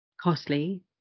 costly